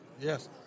Yes